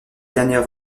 dernière